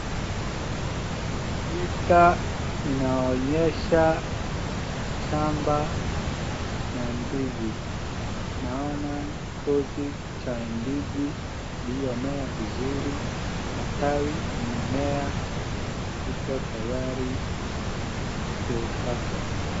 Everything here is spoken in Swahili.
Picha inaonyesha shamba ya ndizi. Naona kikosi cha ndizi iliyomea vizuri. Matawi imemea iko tayari kukatwa.